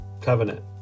covenant